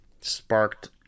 sparked –